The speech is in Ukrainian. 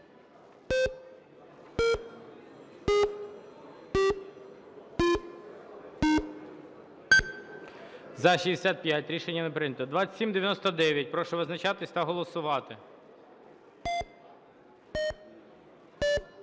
За-64 Рішення не прийнято. 2894 – прошу визначатись та голосувати.